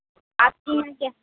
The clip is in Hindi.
आपके यहाँ कै